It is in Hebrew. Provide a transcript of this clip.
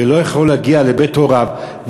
ולא יכול להגיע לבית הוריו,